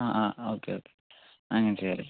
ആ ആ okay okay അങ്ങനെ ചെയ്യാം അല്ലേ